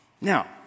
Now